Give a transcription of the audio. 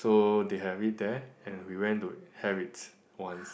so they have it there and we went to have it once